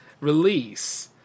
release